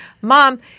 mom